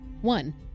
One